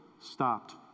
stopped